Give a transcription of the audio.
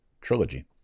trilogy